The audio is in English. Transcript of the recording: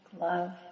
love